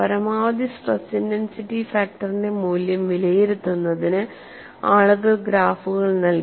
പരമാവധി stress intensity ഫാക്ടറിന്റെ മൂല്യം വിലയിരുത്തുന്നതിന് ആളുകൾ ഗ്രാഫുകൾ നൽകി